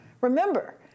Remember